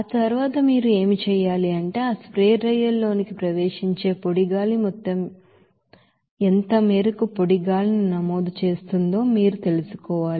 ఆ తరువాత మీరు ఏమి చేయాలి అంటే ఆ స్ప్రే డ్రైయర్ లోనికి ప్రవేశించే పొడి గాలి యొక్క మొత్తం ఎంత మేరకు పొడి గాలి ని నమోదు చేస్తుందో మీరు తెలుసుకోవాలి ఇది మీకు 178